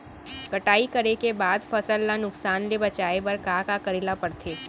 कटाई करे के बाद फसल ल नुकसान ले बचाये बर का का करे ल पड़थे?